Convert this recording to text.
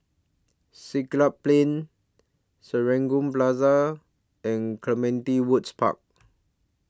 Siglap Plain Serangoon Plaza and Clementi Woods Park